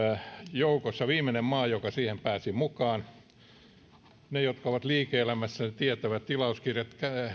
joukossa viimeinen maa joka siihen pääsi mukaan he jotka ovat liike elämässä tietävät että tilauskirjat